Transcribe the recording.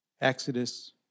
Exodus